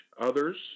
others